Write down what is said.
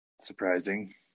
surprising